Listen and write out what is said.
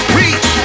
reach